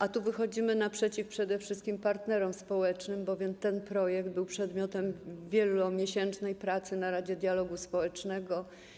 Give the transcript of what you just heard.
A tu wychodzimy naprzeciw przede wszystkim partnerom społecznym, bowiem ten projekt był przedmiotem wielomiesięcznej pracy w Radzie Dialogu Społecznego.